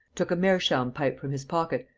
took a meerschaum pipe from his pocket,